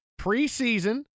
preseason